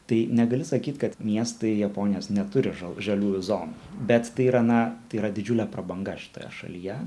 tai negali sakyt kad miestai japonijos neturi žal žaliųjų zonų bet tai yra na tai yra didžiulė prabanga šitoje šalyje